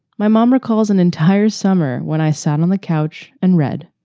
my mom recalls an entire summer when i sat on the couch and read.